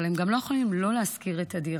אבל הם גם לא יכולים לא להשכיר את הדירה,